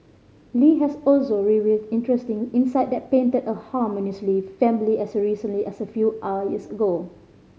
Li has also revealed interesting insight that painted a harmonious Lee family as recently as a few years ago